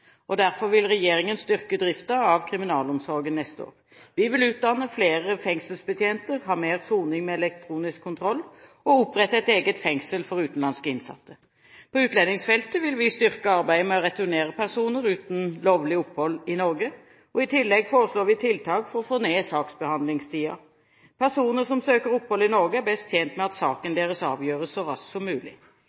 igjen. Derfor vil regjeringen styrke driften av kriminalomsorgen neste år. Vi vil utdanne flere fengselsbetjenter, ha mer soning med elektronisk kontroll og opprette et eget fengsel for utenlandske innsatte. På utlendingsfeltet vil vi styrke arbeidet med å returnere personer uten lovlig opphold i Norge. I tillegg foreslår vi tiltak for å få ned saksbehandlingstiden. Personer som søker om opphold i Norge, er best tjent med at saken deres avgjøres så raskt som mulig.